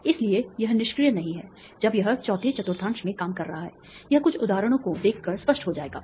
इसलिए यह निष्क्रिय नहीं है जब यह चौथे चतुर्थांश में काम कर रहा है यह कुछ उदाहरणों को देखकर स्पष्ट हो जाएगा